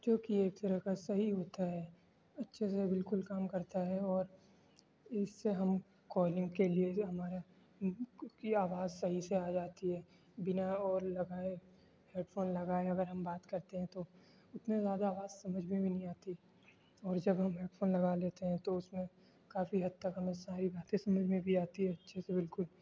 کیوںکہ ایک طرح کا صحیح ہوتا ہے اچھے سے بالکل کام کرتا ہے اور اس سے ہم کالنگ کے لیے ہمارا کی آواز صحیح سے آ جاتی ہے بنا اور لگائے ہیڈ فون لگائے اگر ہم بات کرتے ہیں تو اتنے زیادہ آواز سمجھ میں بھی نہیں آتی اور جب ہم ہیڈ فون لگا لیتے ہیں تو اس میں کافی حد تک ہمیں ساری باتیں سمجھ میں بھی آتی ہیں اچھے سے بالکل